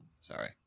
Sorry